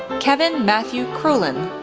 kevin matthew kreulen,